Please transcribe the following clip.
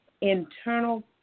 internal